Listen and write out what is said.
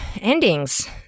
endings